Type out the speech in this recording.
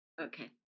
Okay